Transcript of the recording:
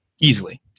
easily